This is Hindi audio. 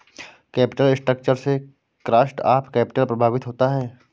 कैपिटल स्ट्रक्चर से कॉस्ट ऑफ कैपिटल प्रभावित होता है